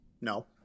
No